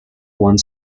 one